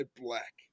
Black